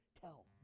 tell